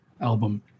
album